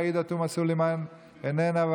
עאידה תומא סלימאן איננה,